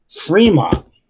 Fremont